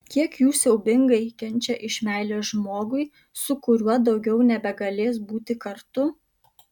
kiek jų siaubingai kenčia iš meilės žmogui su kuriuo daugiau nebegalės būti kartu